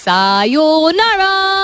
Sayonara